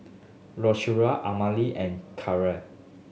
Lucero Amelie and Caleigh